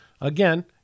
Again